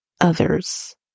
Others